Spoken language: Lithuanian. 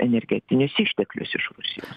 energetinius išteklius iš rusijos